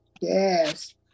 Yes